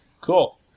Cool